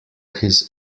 his